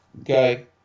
Okay